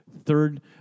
third